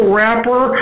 rapper